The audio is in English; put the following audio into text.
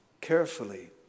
carefully